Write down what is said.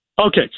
Okay